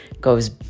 goes